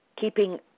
Keeping